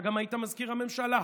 אתה גם היית מזכיר הממשלה,